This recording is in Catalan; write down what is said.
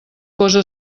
cosa